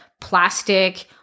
plastic